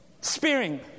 Spearing